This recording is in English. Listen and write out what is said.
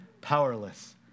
powerless